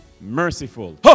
merciful